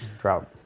Drought